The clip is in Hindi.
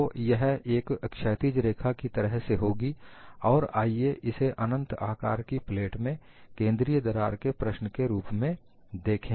तो यह एक क्षैतिज रेखा की तरह से होगी और आईए इसे अनंत आकार की प्लेट में केंद्रीय दरार के प्रश्न के रूप में देखें